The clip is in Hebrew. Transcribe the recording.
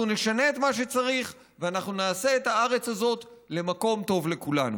אנחנו נשנה את מה שצריך ואנחנו נעשה את הארץ הזאת למקום טוב לכולנו.